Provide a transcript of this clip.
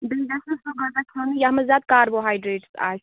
بہٕ یَتھ منٛز زیادٕ کاربوہایڈرٛیٹٕس آسہِ